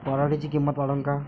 पराटीची किंमत वाढन का?